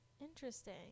Interesting